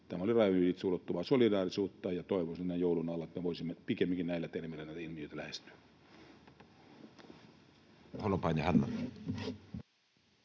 Tämä oli rajojen yli ulottuvaa solidaarisuutta, ja toivoisin näin joulun alla, että me voisimme pikemminkin näillä termeillä näitä ilmiöitä lähestyä.